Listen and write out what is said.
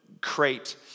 crate